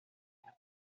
haber